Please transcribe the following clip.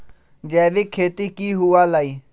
जैविक खेती की हुआ लाई?